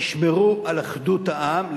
תשמור על אחדות העם,